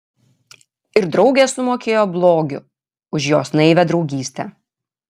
ir draugė sumokėjo blogiu už jos naivią draugystę